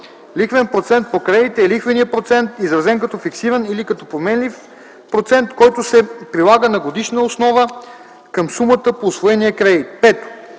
„Лихвен процент по кредита” е лихвеният процент, изразен като фиксиран или като променлив процент, който се прилага на годишна основа към сумата на усвоения кредит.